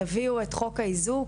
תביאו את חוק האיזוק